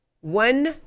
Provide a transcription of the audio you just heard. One